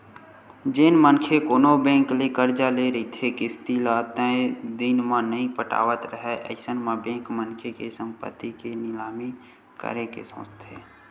जेन मनखे कोनो बेंक ले करजा ले रहिथे किस्ती ल तय दिन म नइ पटावत राहय अइसन म बेंक मनखे के संपत्ति के निलामी करे के सोचथे